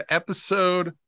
episode